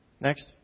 Next